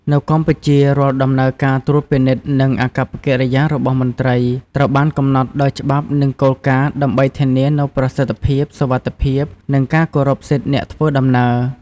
នៅកម្ពុជារាល់ដំណើរការត្រួតពិនិត្យនិងអាកប្បកិរិយារបស់មន្ត្រីត្រូវបានកំណត់ដោយច្បាប់និងគោលការណ៍ដើម្បីធានានូវប្រសិទ្ធភាពសុវត្ថិភាពនិងការគោរពសិទ្ធិអ្នកធ្វើដំណើរ។